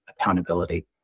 accountability